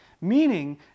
Meaning